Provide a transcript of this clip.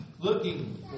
looking